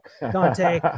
Dante